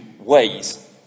ways